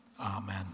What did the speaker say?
Amen